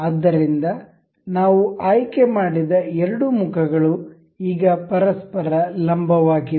ಆದ್ದರಿಂದ ನಾವು ಆಯ್ಕೆ ಮಾಡಿದ ಎರಡು ಮುಖಗಳು ಈಗ ಪರಸ್ಪರ ಲಂಬವಾಗಿವೆ